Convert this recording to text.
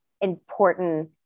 important